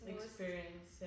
experience